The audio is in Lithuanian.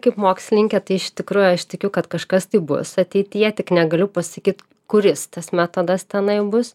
kaip mokslininkė tai iš tikrųjų aš tikiu kad kažkas taip bus ateityje tik negaliu pasakyt kuris tas metodas tenai bus